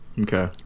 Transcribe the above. Okay